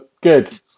good